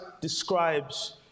describes